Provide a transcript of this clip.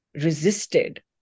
resisted